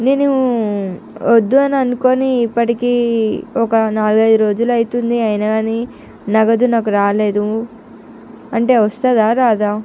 నేను అద్దు అని అనుకొని ఇప్పటికీ ఒక నాలుగు ఐదు రోజులు అవుతుంది అయినా కానీ నగదు నాకు రాలేదు అంటే వస్తుందా రాదా